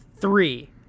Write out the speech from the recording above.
three